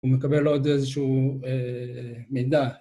ומקבל לו עוד איזשהו מידע,